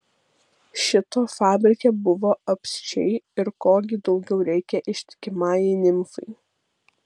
šito fabrike buvo apsčiai ir ko gi daugiau reikia ištikimajai nimfai